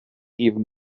even